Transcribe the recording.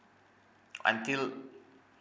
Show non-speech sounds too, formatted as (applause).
(noise) until